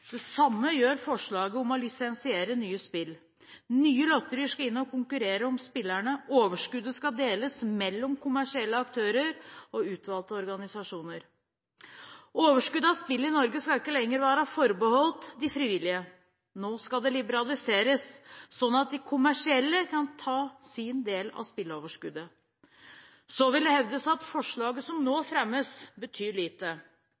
Det samme gjør forslaget om å lisensiere nye spill. Nye lotterier skal inn og konkurrere om spillerne, og overskuddet skal deles mellom kommersielle aktører og utvalgte organisasjoner. Overskudd av spill i Norge skal ikke lenger være forbeholdt de frivillige; nå skal det liberaliseres, sånn at de kommersielle kan ta sin del av spilleoverskuddet. Så vil det hevdes at forslaget som nå fremmes, betyr lite.